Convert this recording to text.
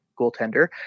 goaltender